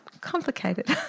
complicated